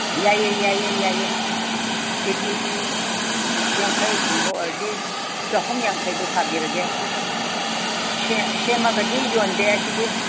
ꯌꯥꯏꯌꯦ ꯌꯥꯏꯌꯦ ꯌꯥꯏꯌꯦ ꯀꯦꯖꯤ ꯌꯥꯡꯈꯩꯒꯨꯝꯕ ꯑꯣꯏꯔꯗꯤ ꯆꯍꯨꯝ ꯌꯥꯡꯈꯩꯗꯣ ꯁꯥꯕꯤꯔꯒꯦ ꯁꯦꯝꯃꯒꯗꯤ ꯌꯣꯟꯗꯦ ꯁꯤꯗꯤ